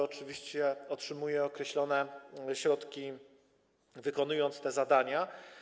Oczywiście otrzymuje ono określone środki, wykonując te zadania.